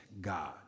God